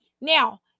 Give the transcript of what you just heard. Now